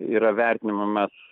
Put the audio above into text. yra vertinimo mes